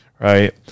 right